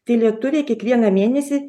tai lietuviai kiekvieną mėnesį